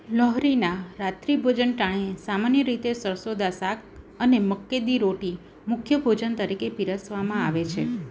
લોહરીના રાત્રિભોજન ટાણે સામાન્ય રીતે સરસોં દા સાક અને મક્કે દી રોટી મુખ્ય ભોજન તરીકે પીરસવામાં આવે છે